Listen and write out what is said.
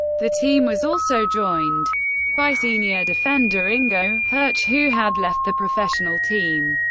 the team was also joined by senior defender ingo hertzsch, who had left the professional team.